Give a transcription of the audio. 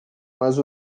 mas